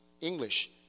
English